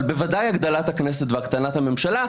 בוודאי הגדלת הכנסת והקטנת הממשלה.